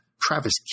Travis